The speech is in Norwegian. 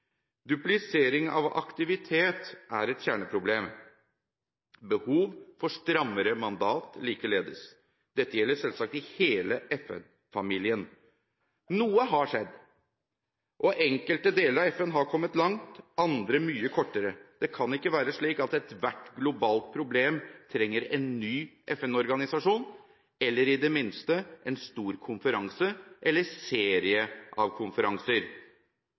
Duplisering av aktivitet er et kjerneproblem, behov for strammere mandat likeledes. Dette gjelder selvsagt i hele FN-familien. Noe har skjedd. Enkelte deler av FN har kommet langt, andre mye kortere. Det kan ikke være slik at ethvert globalt problem trenger en ny FN-organisasjon eller i det minste en stor konferanse eller serie av konferanser.